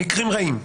מקרים רעים.